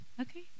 Okay